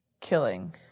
killing